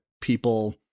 people